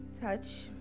Touch